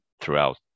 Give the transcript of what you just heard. throughout